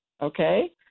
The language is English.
Okay